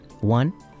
One